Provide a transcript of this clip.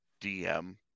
DM